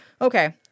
Okay